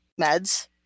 meds